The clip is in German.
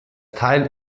teil